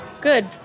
Good